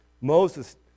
Moses